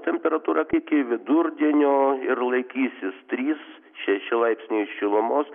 temperatūra iki vidurdienio ir laikysis trys šeši laipsniai šilumos